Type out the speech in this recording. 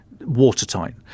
watertight